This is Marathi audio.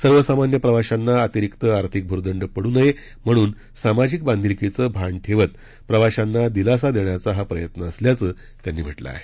सर्वसामान्य प्रवाशांना अतिरिक्त आर्थिक भूर्दंड पड् नये म्हणून सामाजिक बांधीलकीचं भान ठेवत प्रवाशांना दिलासा देण्याचा हा प्रयत्न असल्याचं त्यांनी म्हटलं आहे